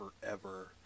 forever